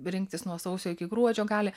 rinktis nuo sausio iki gruodžio gali